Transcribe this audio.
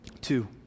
Two